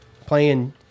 Playing